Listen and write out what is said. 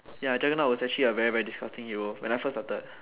ya dragon lord was a very very disgusting hero when I first started